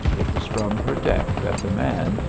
it was from her deck that the man,